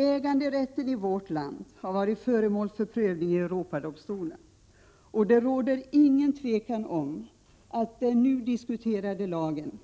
Äganderätten i vårt land har varit föremål för prövning i Europadomstolen, och det råder inget tvivel om att den nu diskuterade lagen